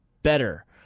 better